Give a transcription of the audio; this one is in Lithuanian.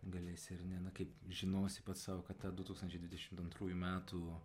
galėsi ar ne na kaip žinosi pats sau kad tą du tūkstančiai dvidešimt antrųjų metų